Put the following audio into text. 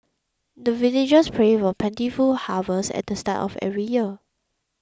the villagers pray for plentiful harvest at start of every year